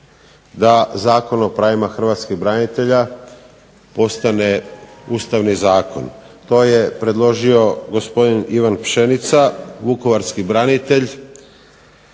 da Zakon o pravima hrvatskih branitelja postane ustavni zakon. To je predložio gospodin Ivan Pšenica, vukovarski branitelj,